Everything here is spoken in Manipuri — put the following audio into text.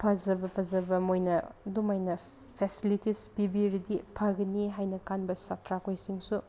ꯐꯖꯕ ꯐꯖꯕ ꯃꯣꯏꯅ ꯑꯗꯨꯃꯥꯏꯅ ꯐꯦꯁꯤꯂꯤꯇꯤꯁ ꯄꯤꯕꯤꯔꯗꯤ ꯐꯒꯅꯤ ꯍꯥꯏꯅ ꯈꯟꯕ ꯁꯥꯇ꯭ꯔꯈꯣꯏꯁꯤꯡꯁꯨ